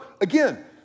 again